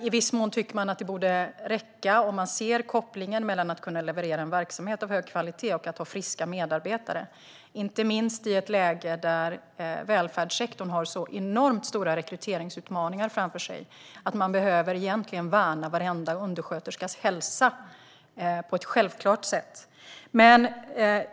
I viss mån borde det räcka att se kopplingen mellan att leverera en verksamhet av hög kvalitet och att ha friska medarbetare, inte minst i ett läge där välfärdssektorn har så enormt stora rekryteringsutmaningar framför sig. Varenda undersköterskas hälsa behöver värnas på ett självklart sätt.